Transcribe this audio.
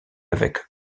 avec